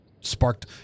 sparked